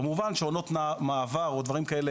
כמובן שעונות מעבר או דברים כאלה,